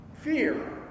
fear